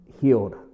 healed